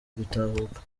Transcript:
gutahuka